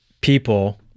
people